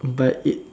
but it